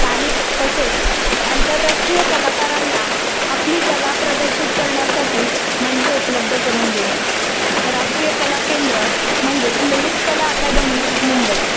स्थानिक तसेच अंतरराष्ट्रीय कलाकारांना आपली कला प्रदर्शित करण्यासाठी मंच उपलब्ध करून देणे राष्ट्रीय कला केंद्र म्हणजेच ललितकला अकॅडमी मुंबई